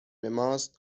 ماست